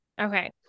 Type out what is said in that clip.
Okay